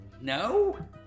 no